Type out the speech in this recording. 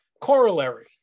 corollary